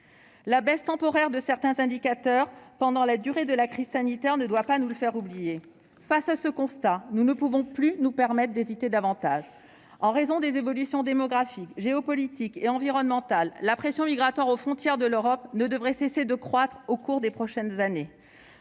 La baisse temporaire de certains indicateurs pendant la durée de la crise sanitaire ne doit pas nous le faire oublier. Face à ce constat, nous ne pouvons plus nous permettre d'hésiter davantage. En raison des évolutions démographiques, géopolitiques et environnementales, la pression migratoire aux frontières de l'Europe ne devrait cesser de croître au cours des prochaines années.